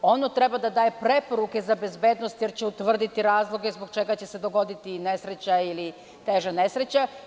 Ono treba da daje preporuke za bezbednost jer će utvrditi razloge zbog čega će se dogoditi nesreće ili teža nesreća.